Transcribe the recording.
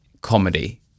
comedy